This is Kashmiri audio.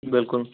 بِلکُل